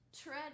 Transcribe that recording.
tread